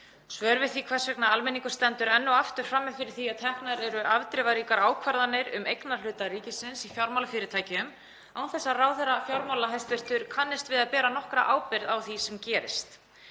svör við því hvers vegna almenningur stendur enn og aftur frammi fyrir því að teknar eru afdrifaríkar ákvarðanir um eignarhluta ríkisins í fjármálafyrirtækjum án þess að hæstv. fjármálaráðherra kannist við að bera nokkra ábyrgð á því sem gerist.